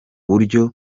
buryo